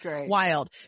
wild